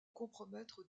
compromettre